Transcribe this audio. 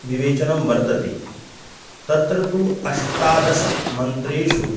विवेचनं वर्तते तत्र तु अष्टादशमन्त्रेषु